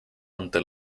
ante